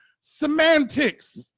semantics